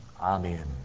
Amen